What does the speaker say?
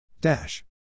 Dash